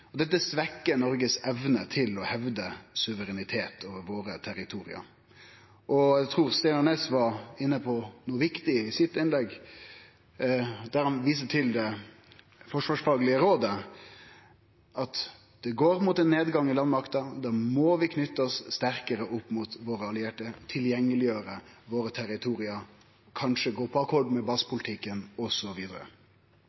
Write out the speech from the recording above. høglydte. Dette svekkjer Noregs evne til å hevde suverenitet over territoria våre. Eg trur representanten Steinar Ness var inne på noko viktig i innlegget sitt da han viste til det forsvarsfaglege rådet, at det går mot ein nedgang i landmakta, og at vi da må knyte oss sterkare opp mot våre allierte og gjere tilgjengeleg territoria våre, kanskje gå på akkord med